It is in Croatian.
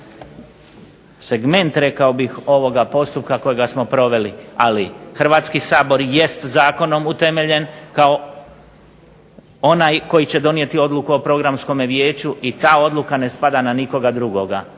segment rekao bih ovoga postupka kojega smo proveli. Ali Hrvatski sabor jest zakonom utemeljen kao onaj koji će donijeti odluku o Programskome vijeću i ta odluka ne spada na nikoga drugoga,